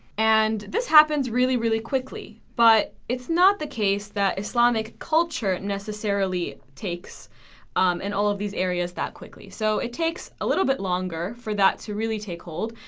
and this happens really really quickly, but it's not the case that islamic culture necessarily takes in all of these areas that quickly. so it takes a little bit longer for that to really take hold,